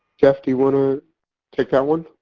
jeff, do you want to take that one?